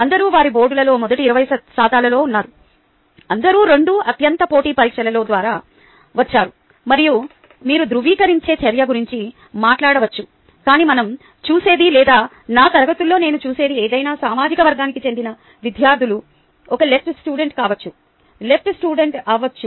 అందరూ వారి బోర్డులలో మొదటి 20 శాతాలలో ఉన్నారు అందరూ రెండు అత్యంత పోటీ పరీక్షల ద్వారా వచ్చారు మరియు మీరు ధృవీకరించే చర్య గురించి మాట్లాడవచ్చు కాని మనం చూసేది లేదా నా తరగతుల్లో నేను చూసేది ఏదైనా సామాజిక వర్గానికి చెందిన విద్యార్థులు ఒక LS కావచ్చు LS అవచ్చు